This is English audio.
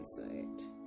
insight